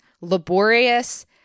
laborious